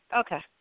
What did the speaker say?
okay